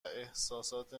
احساسات